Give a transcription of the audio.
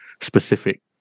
specific